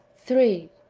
three.